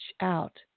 out